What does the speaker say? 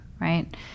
right